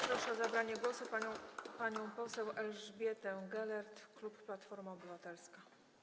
Proszę o zabranie głosu panią poseł Elżbietę Gelert, klub Platforma Obywatelska.